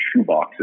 shoeboxes